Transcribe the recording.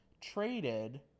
traded